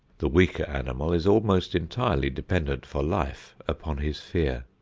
the weaker animal is almost entirely dependent for life upon his fear.